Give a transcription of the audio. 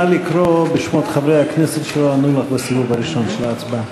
נא לקרוא בשמות חברי הכנסת שלא ענו לך בסיבוב הראשון של ההצבעה.